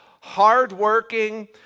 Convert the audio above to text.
hard-working